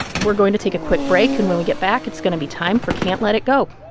we're going to take a quick break, and when we get back, it's going to be time for can't let it go.